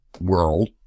world